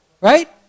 right